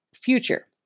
future